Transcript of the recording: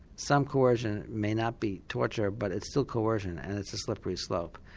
some coercion may not be torture but it's still coercion and it's a slippery slope.